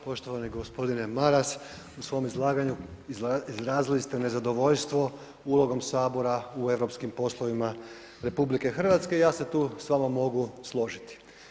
Poštovani gospodine Maras u svom izlaganju izrazili ste nezadovoljstvo ulogom sabora u europskim poslovima RH i ja se tu s vama mogu složiti.